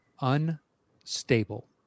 unstable